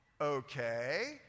okay